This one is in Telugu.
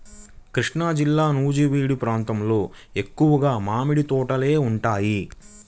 కృష్ణాజిల్లా నూజివీడు ప్రాంతంలో ఎక్కువగా మామిడి తోటలే ఉంటాయి